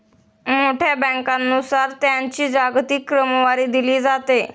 मोठ्या बँकांनुसार त्यांची जागतिक क्रमवारी दिली जाते